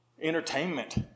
entertainment